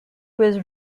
was